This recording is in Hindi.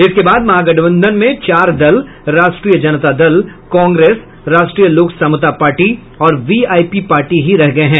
इसके बाद महागठबंधन में चार दल राष्ट्रीय जनता दल कांग्रेस राष्ट्रीय लोक समता पार्टी और वीआईपी पार्टी ही रह गये हैं